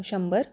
शंभर